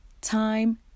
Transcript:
Time